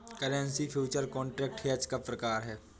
currency future contract hedge का प्रकार है